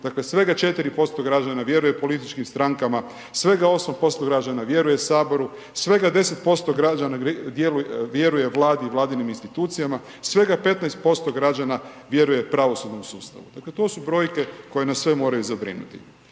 dakle, svega 4% građana vjeruje političkih strankama, svega 8% građana vjeruje Saboru, svega 10% građana vjeruje vladi i vladinim institucijama, svega 15% građana vjeruje pravosudnom sustavu. Dakle, to su brojke koje nas sve moraju zabrinuti.